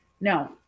No